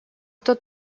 кто